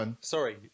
Sorry